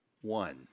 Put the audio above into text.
One